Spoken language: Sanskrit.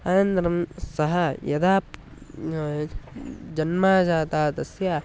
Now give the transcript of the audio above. अनन्तरं सः यदा जन्म जातः तस्य